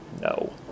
No